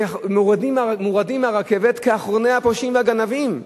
מורדים מהרכבת כאחרוני הפושעים והגנבים: